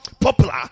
popular